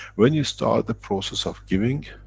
when you start the process of giving,